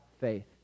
faith